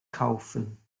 kaufen